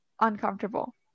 uncomfortable